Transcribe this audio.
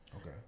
Okay